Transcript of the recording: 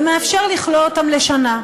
ומאפשר לכלוא אותם לשנה.